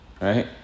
right